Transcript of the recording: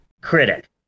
critic